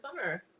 summer